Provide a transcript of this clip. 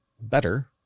better